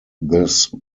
this